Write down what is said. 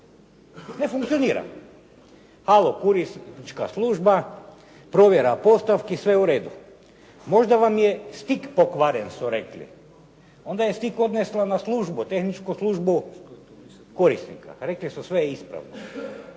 Ne funkcionira. Halo, korisnička služba, provjera postavki, sve u redu. Možda vam je stick pokvaren su rekli. Onda je stick odnijela na službu, tehničku službu korisnika. Rekli su, sve je ispravno.